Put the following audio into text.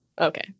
Okay